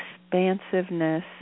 expansiveness